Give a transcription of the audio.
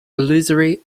illusory